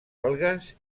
algues